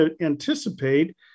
anticipate